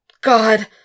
God